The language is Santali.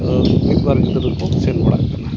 ᱢᱤᱫᱼᱵᱟᱨ ᱜᱤᱫᱽᱨᱟᱹᱠᱚ ᱥᱮᱱᱵᱟᱲᱟᱜ ᱠᱟᱱᱟ